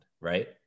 right